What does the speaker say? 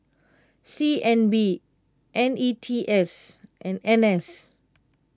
C N B N E T S and N S